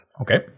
okay